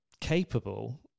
capable